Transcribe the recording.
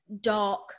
dark